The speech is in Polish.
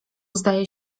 zdaje